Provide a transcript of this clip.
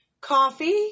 Coffee